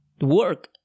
Work